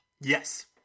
Yes